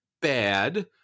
bad